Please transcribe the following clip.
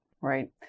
Right